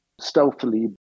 stealthily